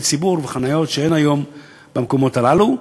ציבור וחניות שאין היום במקומות הללו.